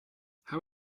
how